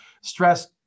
stress